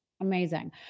Amazing